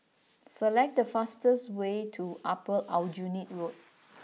select the fastest way to Upper Aljunied Road